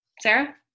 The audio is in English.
sarah